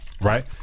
Right